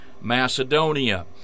Macedonia